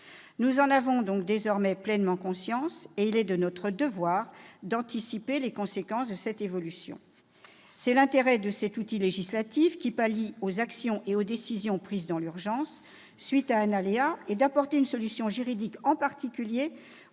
Nous en avons désormais pleinement conscience, et il est de notre devoir d'anticiper les conséquences de cette évolution. C'est l'intérêt de cet outil législatif, qui remédie aux actions et aux décisions prises dans l'urgence, à la suite d'un aléa, et qui apporte une solution juridique, en particulier, aux